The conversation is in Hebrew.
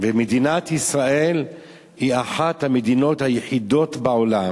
ומדינת ישראל היא אחת המדינות היחידות בעולם